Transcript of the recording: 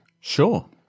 Sure